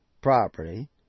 property